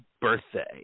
birthday